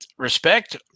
respect